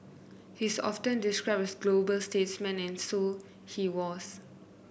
he is often described as a global statesman and so he was